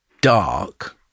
dark